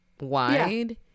wide